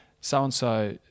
So-and-so